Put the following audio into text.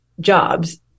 jobs